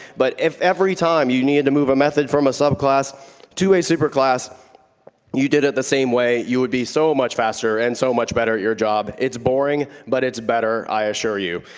but if every time you needed to move a method from a sub class to a super class you did it the same way, you would be so much faster and so much better at your job. it's boring, but it's better, i assure you.